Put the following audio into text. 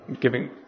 giving